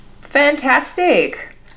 Fantastic